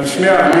שנייה.